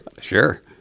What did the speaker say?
Sure